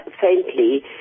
faintly